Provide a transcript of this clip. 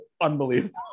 unbelievable